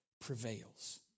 prevails